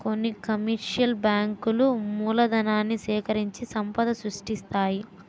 కొన్ని కమర్షియల్ బ్యాంకులు మూలధనాన్ని సేకరించి సంపద సృష్టిస్తాయి